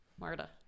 Marta